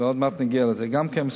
ועוד מעט נגיע לזה גם כן,